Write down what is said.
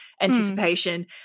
anticipation